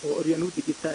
או אוריינות דיגיטלית.